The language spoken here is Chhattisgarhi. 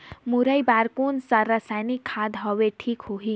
मुरई बार कोन सा रसायनिक खाद हवे ठीक होही?